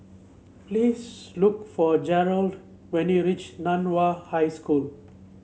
please look for Gerald when you reach Nan Hua High School